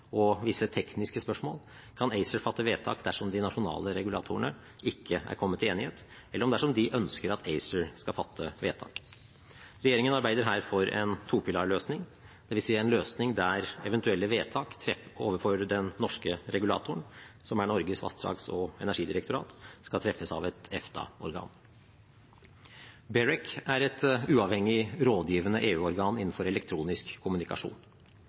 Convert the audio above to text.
og visse tekniske spørsmål kan ACER fatte vedtak dersom de nasjonale regulatorene ikke er kommet til enighet, eller dersom de ønsker at ACER skal fatte vedtak. Regjeringen arbeider her for en to-pilarløsning, det vil si en løsning der eventuelle vedtak overfor den norske regulatoren, som er Norges vassdrags- og energidirektorat, skal treffes av et EFTA-organ. BEREC er et uavhengig, rådgivende EU-organ innenfor elektronisk kommunikasjon.